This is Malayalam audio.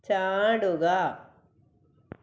ചാടുക